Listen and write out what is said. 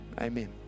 amen